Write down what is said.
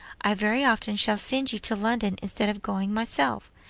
i very often shall send you to london instead of going myself,